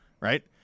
right